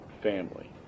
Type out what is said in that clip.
family